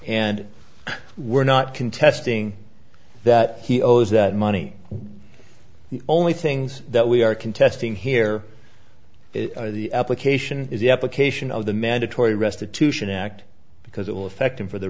and we're not contesting that he owes that money the only things that we are contesting here is the application is the application of the mandatory restitution act because it will affect him for the